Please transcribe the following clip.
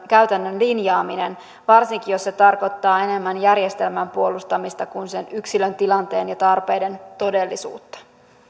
linjaaminen varsinkin jos se tarkoittaa enemmän järjestelmän puolustamista kuin sen yksilön tilanteen ja tarpeiden todellisuutta